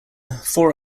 four